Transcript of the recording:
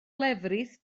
lefrith